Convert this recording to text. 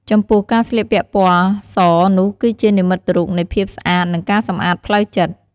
ចំពោះការស្លៀកពាក់ពណ៍សនុះគឺជានិមិត្តរូបនៃភាពស្អាត និងការសំអាតផ្លូវចិត្ត។